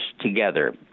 together